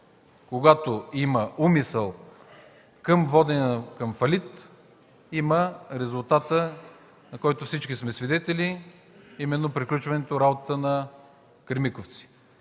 когато има умисъл за водене към фалит, има резултата, на който всички сме свидетели, а именно приключване работата на „Кремиковци”.